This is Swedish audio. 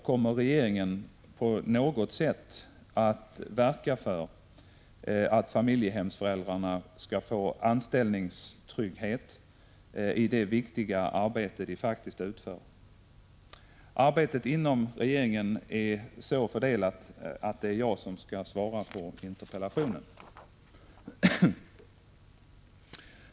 Kommer regeringen på något sätt att verka för att familjehemsföräldrarna skall få anställningstrygghet i det viktiga arbete de faktiskt utför? Arbetet inom regeringen är så fördelat att det är jag som skall svara på interpellationen.